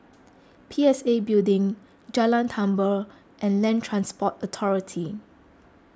P S A Building Jalan Tambur and Land Transport Authority